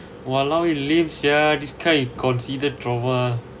!walao! you live sia this kind you consider trauma